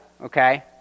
okay